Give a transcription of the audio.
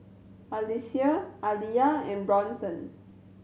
Alecia Aliya and Bronson